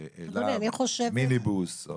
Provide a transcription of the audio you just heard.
מיניבוס,